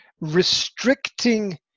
restricting